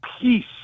peace